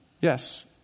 Yes